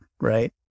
right